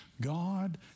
God